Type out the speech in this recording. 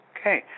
Okay